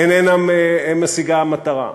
איננה משיגה מטרה.